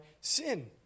sin